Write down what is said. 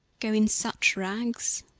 go in such rags?